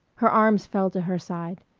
her arms fell to her side.